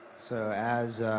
so as